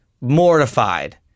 mortified